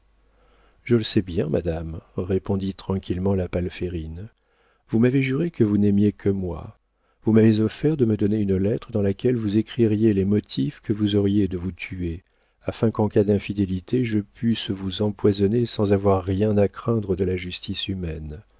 je le sais bien madame répondit tranquillement la palférine vous m'avez juré que vous n'aimiez que moi vous m'avez offert de me donner une lettre dans laquelle vous écririez les motifs que vous auriez de vous tuer afin qu'en cas d'infidélité je pusse vous empoisonner sans avoir rien à craindre de la justice humaine